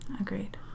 Agreed